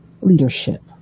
leadership